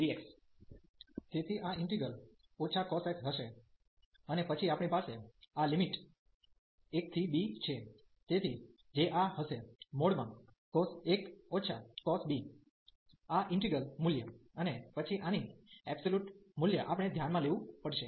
તેથી આ integral - cos x હશે અને પછી આપણી પાસે આ લિમિટ 1 થી b છે તેથી જે આ હશે cos 1 cos b | આ ઈન્ટિગ્રલ મૂલ્ય અને પછી આની એબ્સોલ્યુટ મૂલ્ય આપણે ધ્યાનમાં લેવું પડશે